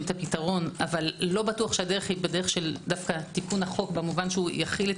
את הפתרון אבל לא בטוח שהדרך היא תיקון החוק במובן שיחיל את